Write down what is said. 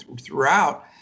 throughout